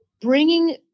bringing